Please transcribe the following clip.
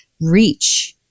reach